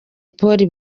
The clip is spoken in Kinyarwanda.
polly